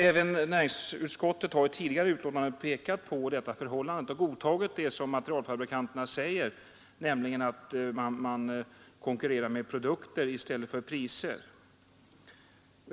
Även näringsutskottet har i tidigare betänkanden pekat på detta förhållande och godtagit det som materialfabrikanterna säger, nämligen att man konkurrerar med produkter i stället för priser.